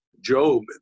Job